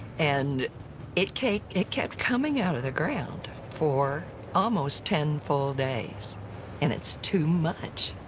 and it kept it kept coming out of the ground for almost ten full days and it's too much.